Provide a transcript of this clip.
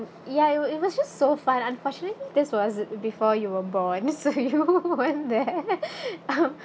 ya it was it was just so fun unfortunately this was before you were born so you weren't there um